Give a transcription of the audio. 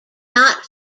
not